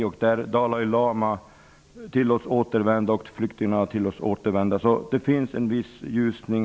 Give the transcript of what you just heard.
Dit skulle Dalai Lama och flyktingar tillåtas att återvända. Det finns en viss ljusning.